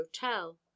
hotel